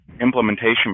implementation